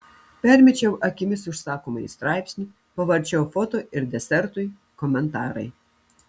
permečiau akimis užsakomąjį straipsnį pavarčiau foto ir desertui komentarai